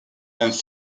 and